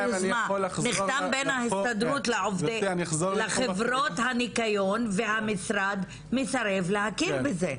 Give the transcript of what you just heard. נחתם בין ההסתדרות לחברות הניקיון והמשרד מסרב להכיר בזה.